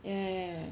ya ya ya